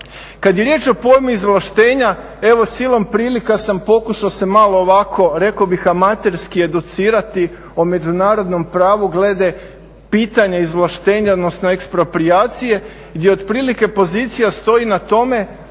Kad je riječ o pojmu izvlaštenja evo silom prilika sam pokušao se malo ovako rekao bih ovako amaterski se educirati o međunarodnom pravu glede pitanja izvlaštenja odnosno eksproprijacije gdje otprilike pozicija stoji na tome